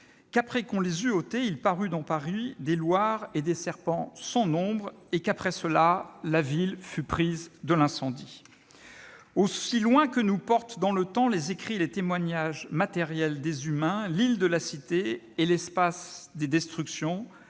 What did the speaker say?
qu'après qu'on les eut ôtés il parut dans Paris des loirs et des serpents sans nombre, et qu'après cela la ville fut prise de l'incendie ». Aussi loin que nous portent dans le temps les écrits et les témoignages matériels des humains, l'île de la Cité est l'espace des destructions,